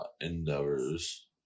Endeavor's